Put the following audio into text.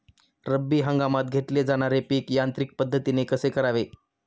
रब्बी हंगामात घेतले जाणारे पीक यांत्रिक पद्धतीने कसे करावे?